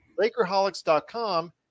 Lakerholics.com